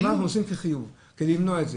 מה אנחנו עושים כחיוב, כדי למנוע את זה.